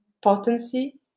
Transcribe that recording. potency